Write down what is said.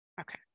Okay